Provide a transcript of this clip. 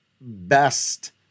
best